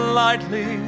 lightly